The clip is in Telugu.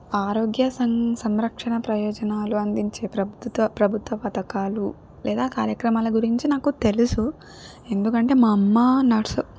ఆరోగ్య సంగ్ సంరక్షణ ప్రయోజనాలు అందించే ప్రభుత్వ ప్రభుత్వ పథకాలు లేదా కార్యక్రమాల గురించి నాకు తెలుసు ఎందుకంటే మా అమ్మ నర్స్